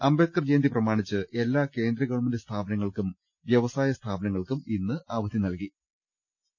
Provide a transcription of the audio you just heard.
അംബേദ്കർ ജയന്തി പ്രമാണിച്ച് എല്ലാ കേന്ദ്ര ഗവൺമെന്റ് സ്ഥാപനങ്ങൾക്കും വൃവസായ സ്ഥാപനങ്ങൾക്കും ഇന്ന് അവധി പ്രഖ്യാപിച്ചിട്ടുണ്ട്